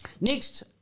Next